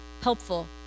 helpful